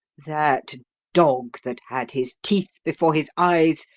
that dog, that had his teeth before his eyes,